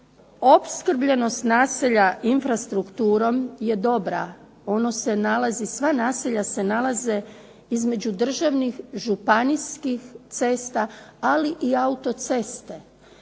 Opskrbljenost naselja infrastrukturom je dobra, ono se nalazi, sva naselja se nalaze između državnih, županijskih cesta ali i auto-ceste